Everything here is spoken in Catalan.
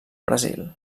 brasil